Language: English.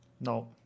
No